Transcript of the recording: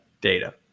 data